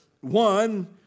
one